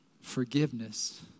Forgiveness